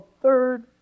third